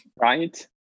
right